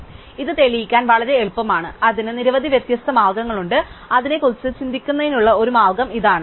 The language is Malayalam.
അതിനാൽ ഇത് തെളിയിക്കാൻ വളരെ എളുപ്പമാണ് അതിനു നിരവധി വ്യത്യസ്ത മാർഗങ്ങളുണ്ട് അതിനെക്കുറിച്ച് ചിന്തിക്കുന്നതിനുള്ള ഒരു മാർഗ്ഗം ഇതാണ്